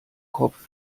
kopf